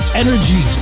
energy